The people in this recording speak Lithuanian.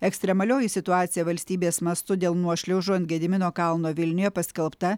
ekstremalioji situacija valstybės mastu dėl nuošliaužų ant gedimino kalno vilniuje paskelbta